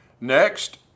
Next